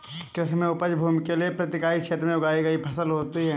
कृषि में उपज भूमि के प्रति इकाई क्षेत्र में उगाई गई फसल होती है